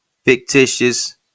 fictitious